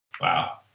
Wow